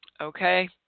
Okay